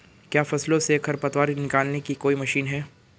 क्या फसलों से खरपतवार निकालने की कोई मशीन है?